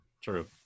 true